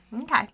Okay